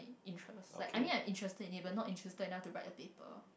interest like I mean I'm interested in it but not interested enough to write a paper